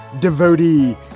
devotee